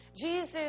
Jesus